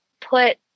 put